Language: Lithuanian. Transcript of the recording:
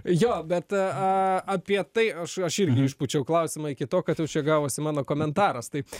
jo bet ką apie tai aš aš irgi išpūčiau klausimą iki to kas jau čia gavosi mano komentaras taip